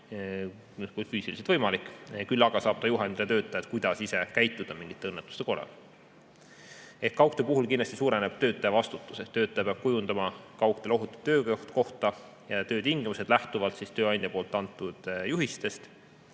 puhtfüüsiliselt võimalik, küll aga saab ta juhendada töötajat, kuidas käituda mingite õnnetuste korral. Ehk kaugtöö puhul kindlasti suureneb töötaja vastutus. Töötaja peab kujundama kaugtööl ohutu töökoha ja ohutud töötingimused lähtuvalt tööandja antud juhistest.